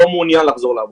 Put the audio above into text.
לא מעונין לחזור לעבודה.